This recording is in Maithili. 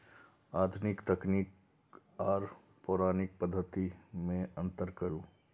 आधुनिक तकनीक आर पौराणिक पद्धति में अंतर करू?